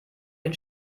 den